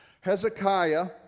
Hezekiah